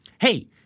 Hey